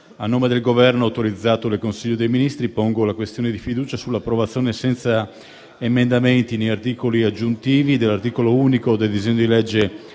a nome del Governo, autorizzato dal Consiglio dei ministri, pongo la questione di fiducia sull'approvazione, senza emendamenti né articoli aggiuntivi, dell'articolo unico del disegno di legge